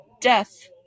Death